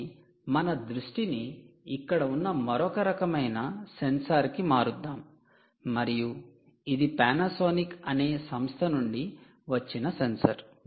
కాబట్టి మన దృష్టిని ఇక్కడ ఉన్న మరొక రకమైన సెన్సార్కి మారుద్దాం మరియు ఇది పానాసోనిక్ అనే సంస్థ నుండి వచ్చిన సెన్సార్